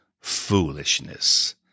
foolishness